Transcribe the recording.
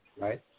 Right